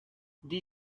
the